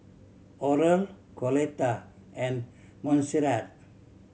Oral Coletta and Monserrat